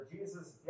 Jesus